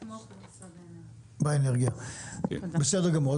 בסדר גמור.